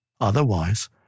Otherwise